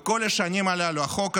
בכל השנים הללו החוק הזה,